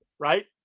Right